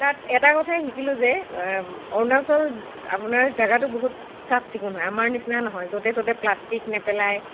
তাত এটা কথাই শিকিলোঁ যে অৰুণাচল আপোনাৰ জেগাটো বহুত চাফ চিকুণ হয় আমাৰ নিচিনা নহয় য'তে ত'তে প্লাষ্টিক নেপেলায়